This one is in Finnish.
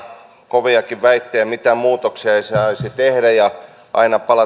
koviakin väitteitä mitään muutoksia ei saisi tehdä ja aina palataan siihen